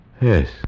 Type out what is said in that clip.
Yes